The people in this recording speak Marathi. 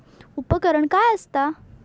उपकरण काय असता?